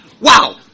Wow